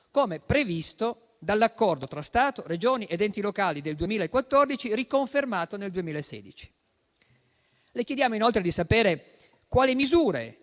come previsto dall'accordo tra Stato, Regioni ed enti locali del 2014, riconfermato nel 2016? Le chiediamo inoltre di sapere quali misure